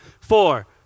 four